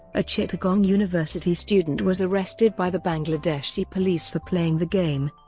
a chittagong university student was arrested by the bangladeshi police for playing the game,